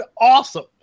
awesome